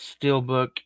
Steelbook